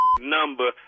Number